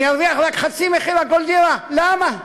שאני ארוויח רק חצי על כל דירה, למה?